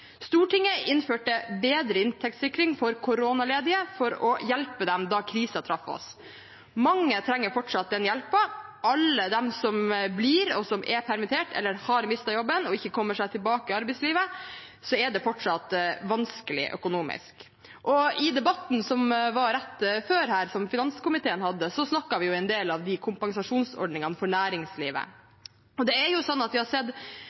Stortinget innførte bedre inntektssikring for koronaledige for å hjelpe dem da krisen traff oss. Mange trenger fortsatt den hjelpen. Alle de som blir, og som er permittert eller har mistet jobben og ikke kommer seg tilbake i arbeidslivet, har det fortsatt vanskelig økonomisk. Og i debatten som var rett før, som finanskomiteen hadde, snakket vi en del om kompensasjonsordningene for næringslivet. Og vi har sett